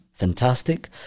fantastic